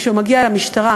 כשהוא מגיע למשטרה,